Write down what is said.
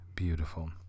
Beautiful